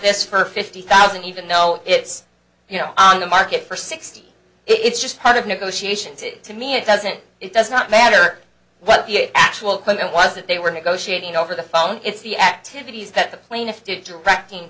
this for fifty thousand even though it's you know on the market for sixty it's just part of negotiations it to me it doesn't it does not matter what the actual clinton was that they were negotiating over the phone it's the activities that the plaintiff did directing